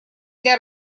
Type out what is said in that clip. для